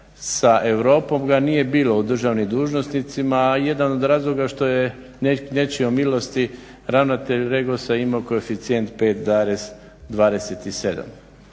sa Europom ga nije bilo u državnim dužnosnicima. Jedan od razloga što je nečijom milosti ravnatelj REGOS-a imao koeficijent 5.27.